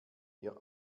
ihr